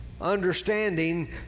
understanding